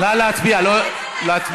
נא להצביע מחדש.